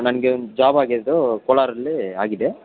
ನನಗೆ ಜಾಬ್ ಆಗಿದ್ದು ಕೋಲಾರಲ್ಲೀ ಆಗಿದೆ